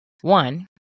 one